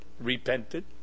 repented